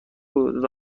بود